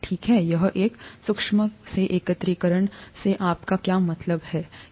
ठीक है एक सूक्ष्म से एकत्रीकरण से आपका क्या मतलब है समझ